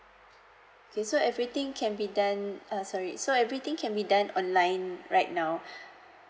okay so everything can be done err sorry so everything can be done online right now